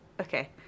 Okay